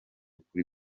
kuri